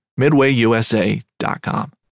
MidwayUSA.com